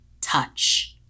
TOUCH